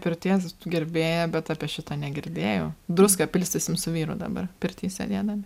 pirties gerbėja bet apie šitą negirdėjau druską pilstysim su vyru dabar pirty sėdėdami